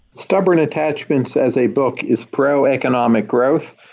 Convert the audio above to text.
stubborn attachments as a book is pro-economic growth.